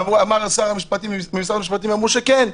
אמר שר המשפטים, ממשרד המשפטים אמרו שכן.